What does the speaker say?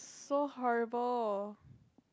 so horrible